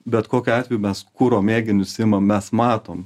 bet kokiu atveju mes kuro mėginius imam mes matom